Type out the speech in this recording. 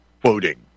quoting